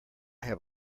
have